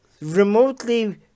remotely